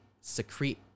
secrete